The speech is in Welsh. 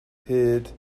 hyd